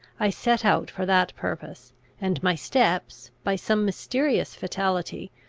i set out for that purpose and my steps, by some mysterious fatality,